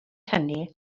hynny